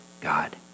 God